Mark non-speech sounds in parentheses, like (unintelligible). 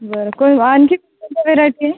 बरं आणखी कोणते (unintelligible) करायचे